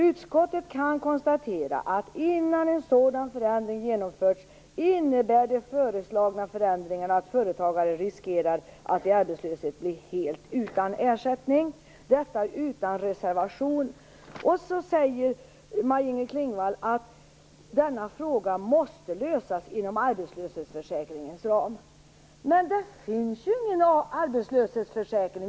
Utskottet kan konstatera att innan en sådan förändring genomförts innebär de föreslagna förändringarna att företagare riskerar att vid arbetslöshet bli helt utan ersättning." Och nu säger Maj-Inger Klingvall att denna fråga måste lösas inom arbetslöshetsförsäkringens ram. Men det finns ju ingen arbetslöshetsförsäkring.